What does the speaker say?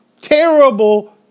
terrible